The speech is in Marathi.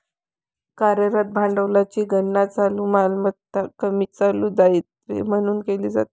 कार्यरत भांडवलाची गणना चालू मालमत्ता कमी चालू दायित्वे म्हणून केली जाते